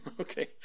okay